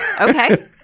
Okay